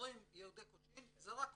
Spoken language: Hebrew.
כשאומרים יהודי קוצ'ין זה רק קוצ'ין.